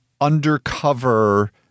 undercover—